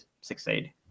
succeed